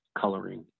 coloring